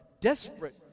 desperate